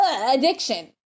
addiction